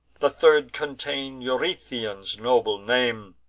the third contain'd eurytion's noble name,